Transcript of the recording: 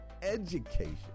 education